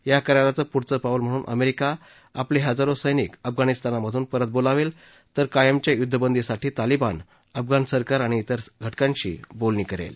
या कराराचं पुढचं पाऊल म्हणून अमेरिका आपले हजारो सैनिक अफगाणिस्तानातून परत बोलावेल तर कायमच्या युद्धबंदीसाठी तालीबान अफगाण सरकार आणि तिर घटकांशी बोलणी करेल